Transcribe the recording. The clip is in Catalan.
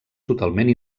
totalment